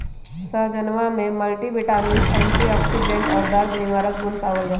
सहजनवा में multivitamins antioxidant और दर्द निवारक गुण पावल जाहई